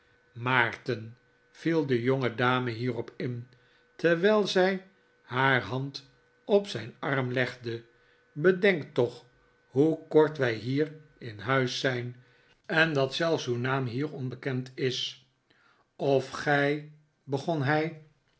maarten viel de jongedame hierop in terwijl zij haar hand op zijn arm legde bedenk toch hoe kort wij hier in huis zijn en dat zelfs uw naam hier onbekend is of gij begon hij